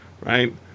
right